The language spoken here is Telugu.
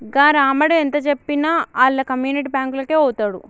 గా రామడు ఎంతజెప్పినా ఆళ్ల కమ్యునిటీ బాంకులకే వోతడు